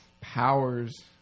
powers